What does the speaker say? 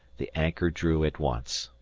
the anchor drew at once.